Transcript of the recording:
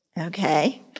Okay